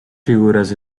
figuras